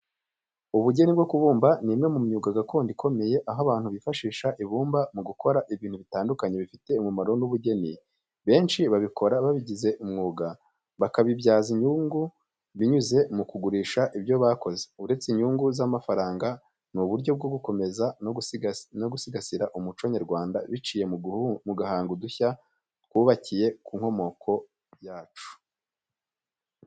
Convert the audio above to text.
Ubugeni bwo kubumba ni imwe mu myuga gakondo ikomeye , aho abantu bifashisha ibumba mu gukora ibintu bitandukanye bifite umumaro n’ubugeni. Benshi mu babikora babigize umwuga, bakabibyaza inyungu binyuze mu kugurisha ibyo bakoze. Uretse inyungu z’amafaranga, ni n’uburyo bwo gukomeza no gusigasira umuco nyarwanda biciye mu guhanga udushya twubakiye ku nkomoko yacu.